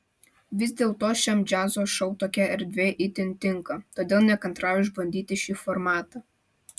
vis dėlto šiam džiazo šou tokia erdvė itin tinka todėl nekantrauju išbandyti šį formatą